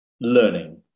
learning